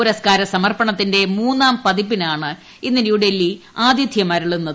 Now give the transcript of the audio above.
പുരസ്കാര സമർപ്പണത്തിന്റെ മൂന്നാം പതിപ്പിനാണ് ഇന്ന് ന്യൂഡൽഹി ആതിഥ്യമരുളുന്നത്